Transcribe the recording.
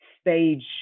stage